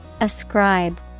Ascribe